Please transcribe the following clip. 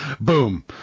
boom